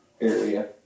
area